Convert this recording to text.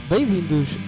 Bem-vindos